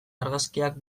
argazkiak